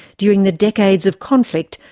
during the decades of conflict,